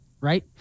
right